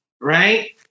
right